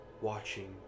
watching